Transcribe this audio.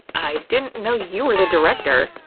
i didn't know you were the director.